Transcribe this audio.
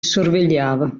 sorvegliava